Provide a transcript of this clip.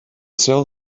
sell